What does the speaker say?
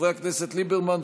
חברי הכנסת אביגדור ליברמן,